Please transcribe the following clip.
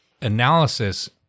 analysis